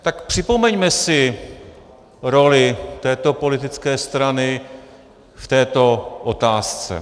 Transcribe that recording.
Tak připomeňme si roli této politické strany v této otázce.